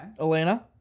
Elena